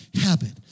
habit